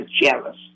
jealous